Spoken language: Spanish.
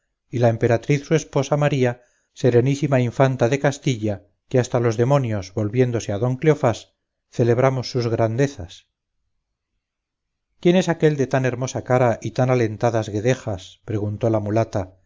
y la emperatriz su esposa maría serenísima infanta de castilla que hasta los demonios volviéndose a don cleofás celebramos sus grandezas quién es aquel de tan hermosa cara y tan alentadas guedejas preguntó la mulata